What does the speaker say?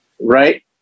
Right